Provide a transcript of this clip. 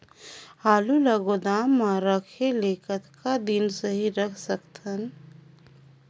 आलू ल गोदाम म रखे ले कतका दिन सही रख सकथन?